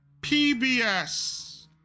PBS